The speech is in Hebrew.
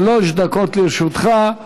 שלוש דקות לרשותך.